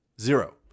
Zero